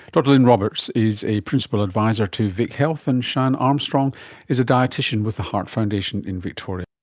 dr lynne roberts is a principal advisor to vic health, and sian armstrong is a dietician with the heart foundation in victoria.